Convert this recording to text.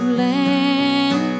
land